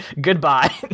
Goodbye